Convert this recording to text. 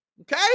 Okay